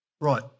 Right